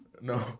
no